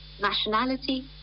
nationality